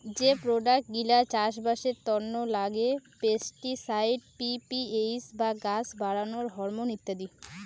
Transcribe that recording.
যে প্রোডাক্ট গিলা চাষবাসের তন্ন লাগে পেস্টিসাইড, পি.পি.এইচ বা গাছ বাড়ানোর হরমন ইত্যাদি